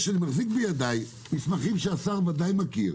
אני מחזיק בידיי מסמכים שהשר בוודאי מכיר,